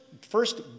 first